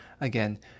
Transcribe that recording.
Again